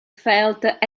felt